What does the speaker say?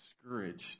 discouraged